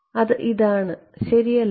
അത് ഇതാണ് ശരിയല്ലേ